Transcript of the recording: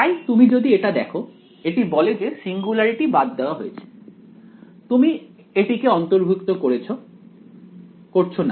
তাই তুমি যদি এটা দেখো এটি বলে যে সিঙ্গুলারিটি বাদ দেওয়া হয়েছে তুমি এটিকে অন্তর্ভুক্ত করছো না